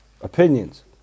opinions